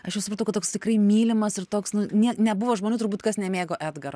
aš jau supratau kad toks tikrai mylimas ir toks nu nie nebuvo žmonių turbūt kas nemėgo edgaro